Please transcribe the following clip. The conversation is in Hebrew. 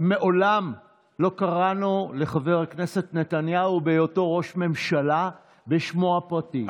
מעולם לא קראנו לחבר הכנסת נתניהו בהיותו ראש ממשלה בשמו הפרטי.